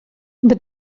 but